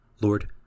Lord